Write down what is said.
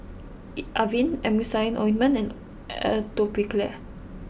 Avene Emulsying Ointment and Atopiclair